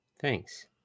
Thanks